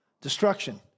destruction